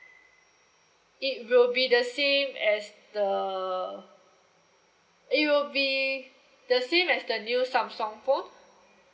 it will be the same as the it will be the same as the new samsung phone